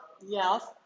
Yes